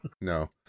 no